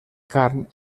carn